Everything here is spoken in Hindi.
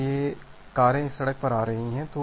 इसलिए कारें इस सड़क पर आ रही हैं